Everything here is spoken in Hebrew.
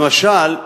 למשל,